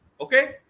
Okay